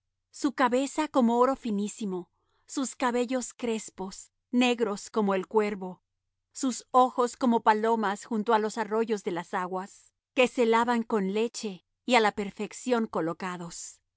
su cabeza como oro finísimo sus cabellos crespos negros como el cuervo sus ojos como palomas junto á los arroyos de las aguas que se lavan con leche y a la perfección colocados